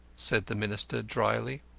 said the minister, drily.